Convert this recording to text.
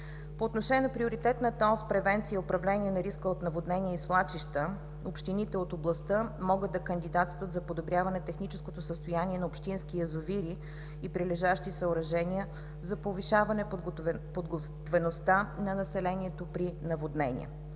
По отношение на приоритетната ос „Превенция и управление на риска от наводнение и свлачища“ общините от областта могат да кандидатстват за подобряване техническото състояние на общински язовири и прилежащи съоръжения за повишаване подготвеността на населението при наводнение.